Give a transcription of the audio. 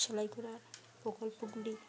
সেলাই প্রকল্পগুলি